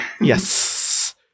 Yes